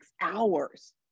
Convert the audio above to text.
hours